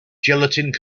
gelatin